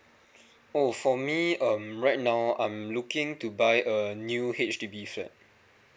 oh for me um right now I'm looking to buy a new H_D_B flat